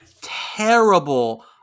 terrible